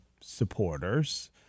supporters